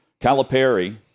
Calipari